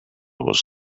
was